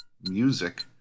music